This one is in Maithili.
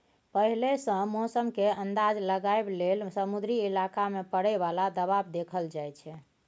पहिले सँ मौसम केर अंदाज लगाबइ लेल समुद्री इलाका मे परय बला दबाव देखल जाइ छै